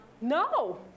No